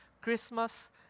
Christmas